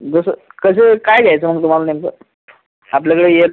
जसं कसं काय घ्यायचं मग तुम्हाला नेमकं आपल्याकडे येईल